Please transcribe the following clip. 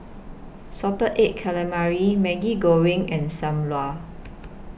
Salted Egg Calamari Maggi Goreng and SAM Lau